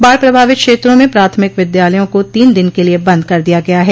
बाढ़ प्रभावित क्षेत्रों में प्राथमिक विद्यालयों को तीन दिन के लिये बंद कर दिया गया है